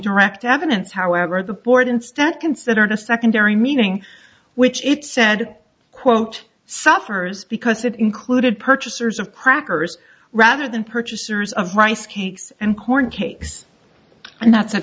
direct evidence however the board instead considered a secondary meaning which it said quote suffers because it included purchasers of crackers rather than purchasers of rice cakes and corn cakes and that's a